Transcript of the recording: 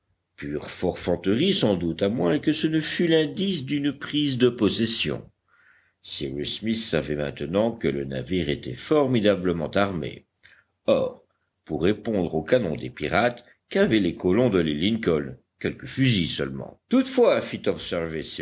pure forfanterie sans doute à moins que ce ne fût l'indice d'une prise de possession cyrus smith savait maintenant que le navire était formidablement armé or pour répondre au canon des pirates qu'avaient les colons de l'île lincoln quelques fusils seulement toutefois